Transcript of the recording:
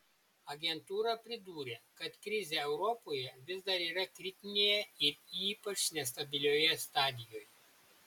agentūra pridūrė kad krizė europoje vis dar yra kritinėje ir ypač nestabilioje stadijoje